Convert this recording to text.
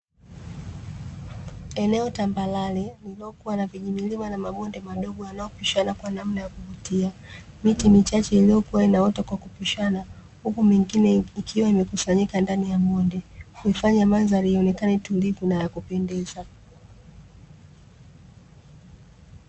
Eneo tambarare lililokuwa na vijimilima na mabonde madogo yanayopishana kwa namna ya kuvutia. Miti michache iliyokuwa inaota kwa kupishana huku mingine ikiwa imekusanyika ndani ya bonde, kuifanya mandhari ionekane tulivu na ya kupendeza.